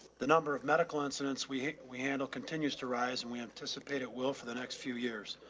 the number of medical incidents we hate, we handle continues to rise and we anticipate it will for the next few years.